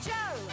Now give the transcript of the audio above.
Joe